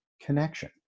connection